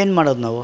ಏನ್ಮಾಡೋದು ನಾವು